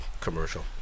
commercial